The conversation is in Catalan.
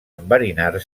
enverinar